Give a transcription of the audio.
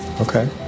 Okay